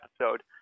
episode